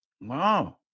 Wow